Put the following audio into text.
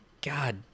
God